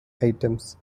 items